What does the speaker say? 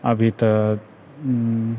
अभी तऽ